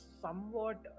somewhat